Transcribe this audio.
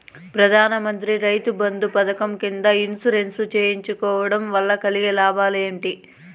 ప్రధాన మంత్రి రైతు బంధు పథకం కింద ఇన్సూరెన్సు చేయించుకోవడం కోవడం వల్ల కలిగే లాభాలు ఏంటి?